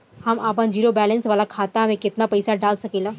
हम आपन zero balance वाला खाता मे केतना पईसा डाल सकेला?